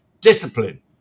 discipline